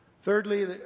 Thirdly